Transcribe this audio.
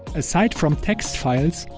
aside from text files,